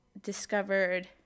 discovered